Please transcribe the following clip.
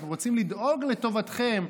אנחנו רוצים לדאוג לטובתכם,